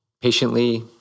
patiently